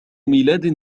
ميلاد